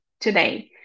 today